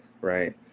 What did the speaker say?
right